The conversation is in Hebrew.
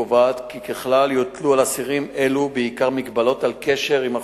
קובעת כי ככלל יוטלו על אסירים אלו בעיקר מגבלות על קשר עם החוץ.